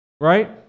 Right